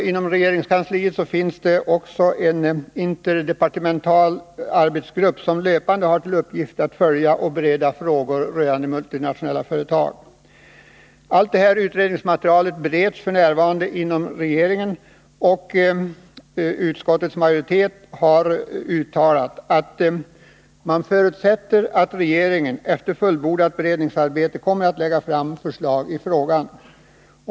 Inom regeringskansliet finns det också en interdepartemental arbetsgrupp som har till uppgift att löpande följa och bereda frågor rörande multinationella företag. Allt utredningsmaterial bereds f. n. inom regeringen, och utskottets majoritet har uttalat att man förutsätter att regeringen efter fullbordat beredningsarbete kommer att lägga fram förslag i frågan.